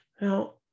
Now